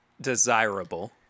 desirable